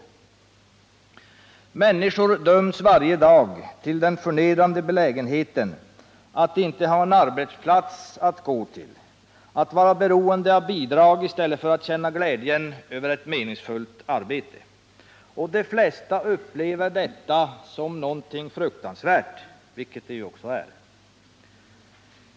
Människor döms varje dag till att vara i den förnedrande belägenheten att inte ha en arbetsplats att gå till, att vara beroende av bidrag i stället för att känna glädjen över ett meningsfullt arbete. De flesta upplever detta som något fruktansvärt, vilket det ju också är.